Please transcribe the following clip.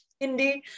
indeed